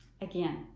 Again